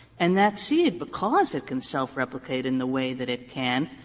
and that seed, because it can self-replicate in the way that it can,